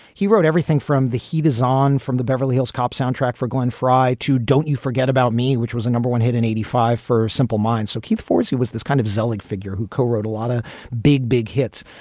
he wrote everything everything from the heat is on from the beverly hills cop soundtrack for glen fry, too. don't you forget about me, which was a number one hit in eighty five for simple minds. so keith forde's, he was this kind of zelig figure who co-wrote a lot of big, big hits.